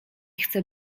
chcę